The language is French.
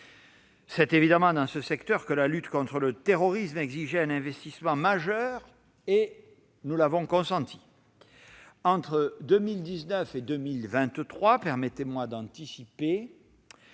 C'est évidemment dans ce secteur que la lutte contre le terrorisme exigeait un investissement majeur. Nous l'avons consenti : entre 2019 et 2023- permettez-moi d'anticiper